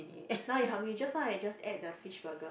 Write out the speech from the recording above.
now you hungry just now I just ate the fish burger